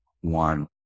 one